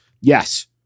Yes